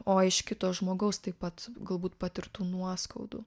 o iš kito žmogaus taip pat galbūt patirtų nuoskaudų